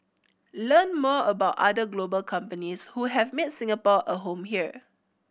learn more about other global companies who have made Singapore a home here